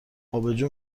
آبجو